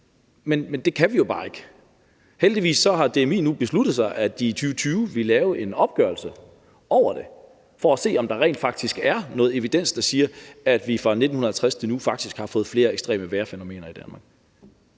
Men det kan vi jo bare ikke. Heldigvis har DMI nu besluttet, at de i 2020 vil lave en opgørelse over det for at se, om der rent faktisk er noget evidens, der siger, at vi fra 1950 til nu har fået flere ekstreme vejrfænomener i Danmark.